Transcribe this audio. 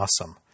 awesome